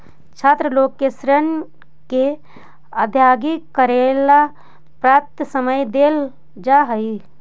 छात्र लोग के ऋण के अदायगी करेला पर्याप्त समय देल जा हई